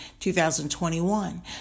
2021